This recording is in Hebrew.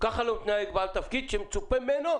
כך לא מתנהג בעל תפקיד שמצופה ממנו